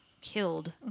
killed